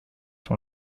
sont